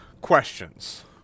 questions